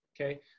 okay